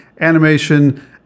animation